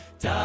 Die